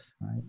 right